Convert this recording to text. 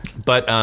but,